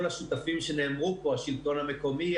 השותפים שנאמרו פה השלטון המקומי,